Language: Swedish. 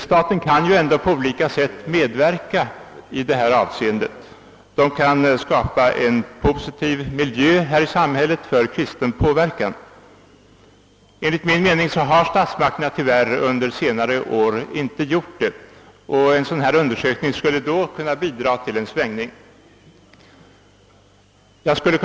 Statsmakterna kan på olika sätt medverka i detta avseende. De kan skapa en samhällsmiljö som är positivt inställd till en kristen påverkan. Enligt min mening har statsmakterna tyvärr under senare år inte gjort detta. En sådan undersökning som här åsyftas skulle kunna bidraga till en ändrad inställning.